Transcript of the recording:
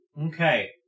Okay